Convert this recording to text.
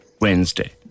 Wednesday